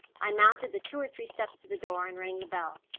i mounted the two or three steps to the door, and rang the bell.